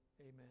amen